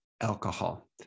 alcohol